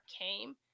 came